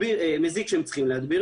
מזיק שהם צריכים להדביר,